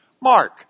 Mark